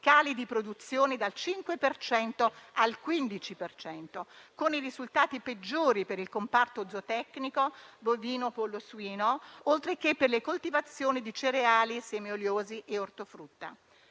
cali di produzione dal 5 al 15 per cento, con i risultati peggiori per il comparto zootecnico bovino-pollo-suino, oltre che per le coltivazioni di cereali, semi oleosi e ortofrutta.